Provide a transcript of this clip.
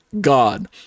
God